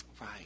Right